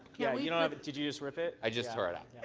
yeah you know but did you just rip it? i just tore it up. yeah